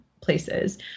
places